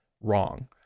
wrong